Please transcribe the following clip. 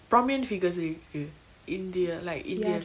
prominfingersingh uh india like india